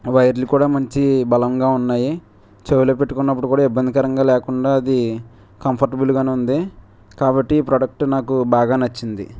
వైర్లు కూడా మంచి బలంగా ఉన్నాయి చెవిలో పెట్టుకున్నప్పుడు కూడా ఇబ్బందికరంగా లేకుండా అది కంఫర్టబుల్గానే ఉంది కాబట్టి ఈ ప్రోడక్ట్ నాకు బాగా నచ్చింది